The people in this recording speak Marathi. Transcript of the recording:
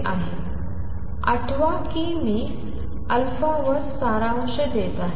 आठवा की मी α वर सारांश देत आहे